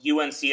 UNC